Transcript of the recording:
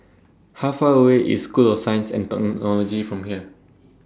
How Far away IS School of Science and Technology from here